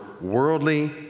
worldly